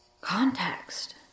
context